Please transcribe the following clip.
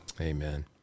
Amen